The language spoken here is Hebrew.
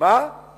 איך הוא יודע?